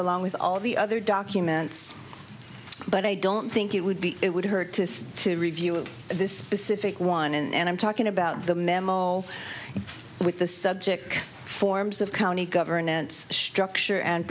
along with all the other documents but i don't think it would be it would hurt to review this specific one and i'm talking about the memo with the subject forms of county governance structure and